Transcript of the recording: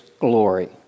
glory